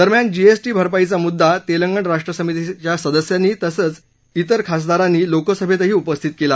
दरम्यान जीएसटी भरपाईचा मुद्दा तेंलगण राष्ट्रसमितीच्या सदस्यांनी तसंच आज राज्यातल्या खासदारांनी लोकसभेत उपस्थित केला